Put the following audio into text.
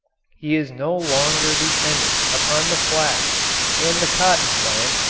he is no longer dependent upon the flax and the cotton plant,